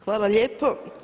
Hvala lijepo.